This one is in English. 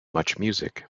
muchmusic